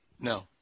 No